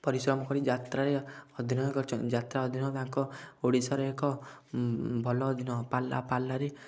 ପରିଶ୍ରମ କରି ଯାତ୍ରାରେ ଅଭିନୟ କରିଛନ୍ତି ଯାତ୍ରା ଅଭିନୟ ତାଙ୍କ ଓଡ଼ିଶାରେ ଏକ ଭଲ ଅଭିନୟ ପାଲା ପାଲାରେ